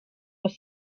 was